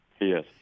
Yes